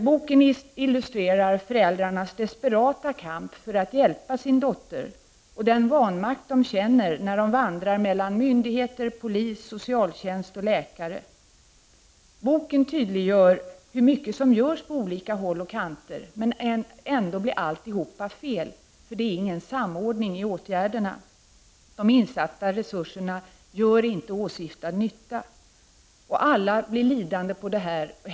Boken illustrerar föräldrarnas desperata kamp för att hjälpa sin dotter och den vanmakt de känner när de vandrar mellan myndigheter, polis, socialtjänst och läkare. Boken tydliggör hur mycket som görs på olika håll, men att det ändå alltid blir fel. Det finns nämligen ingen samordning i åtgärderna, och de insatta resurserna gör inte åsyftad nytta. Alla blir lidande på detta.